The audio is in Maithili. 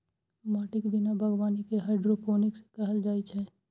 माटिक बिना बागवानी कें हाइड्रोपोनिक्स कहल जाइ छै